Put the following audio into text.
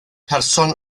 person